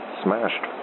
smashed